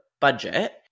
budget